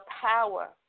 power